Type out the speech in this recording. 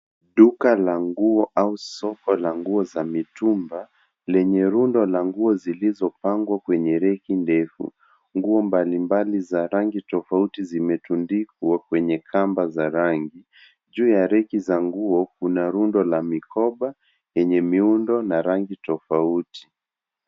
Duka la nguo au soko la nguo za mitumba lenye rundo la nguo zilizopangwa kwenye reki ndefu. Nguo mbalimbali za rangi tofauti zimetundikwa kwenye kamba za rangi. Juu ya reki za nguo kuna rundo la mikoba yenye miundo na rangi tofauti.